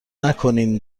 نکنین